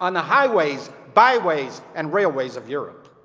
on the highways, byways and railways of europe.